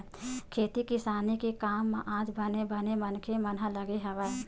खेती किसानी के काम म आज बने बने मनखे मन ह लगे हवय